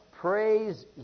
Praise